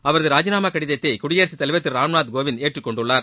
அவரது ராஜினாமா கடிதத்தை குடியரசுத் தலைவர் திரு ராம்நாத் கோவிந்த் ஏற்றுக்கொண்டுள்ளார்